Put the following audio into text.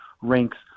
ranks